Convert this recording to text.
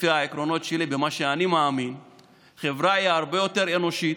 לפי העקרונות שאני מאמין בהם החברה היא הרבה יותר אנושית,